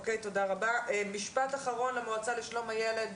אוקי, תודה רבה, משפט אחרון למועצה לשלום הילד,